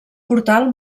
portal